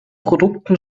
produkten